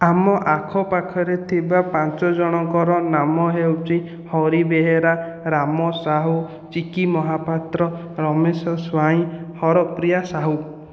ଆମ ଆଖପାଖରେ ଥିବା ପାଞ୍ଚ ଜଣଙ୍କର ନାମ ହେଉଛି ହରି ବେହେରା ରାମ ସାହୁ ଚିକି ମହାପାତ୍ର ରମେଶ ସ୍ୱାଇଁ ହରପ୍ରିୟା ସାହୁ